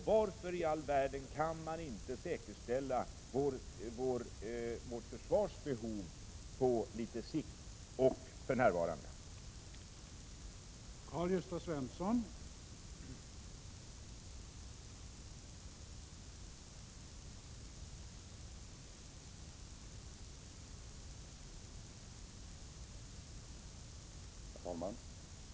Varför vill man inte säkerställa vårt försvars nuvarande och kommande behov?